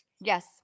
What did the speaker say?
Yes